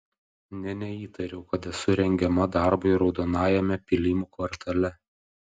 nė neįtariau kad esu rengiama darbui raudonajame pylimų kvartale